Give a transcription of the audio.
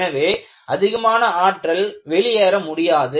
எனவே அதிகமான ஆற்றல் வெளியேற முடியாது